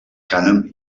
cànem